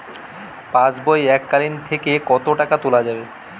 পাশবই এককালীন থেকে কত টাকা তোলা যাবে?